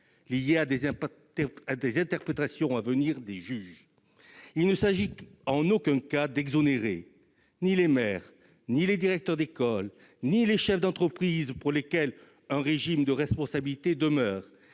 liées aux interprétations à venir des juges. Il ne s'agit en aucun cas d'exonérer les maires, les directeurs d'école ou les chefs d'entreprise, puisqu'un régime de responsabilité demeure.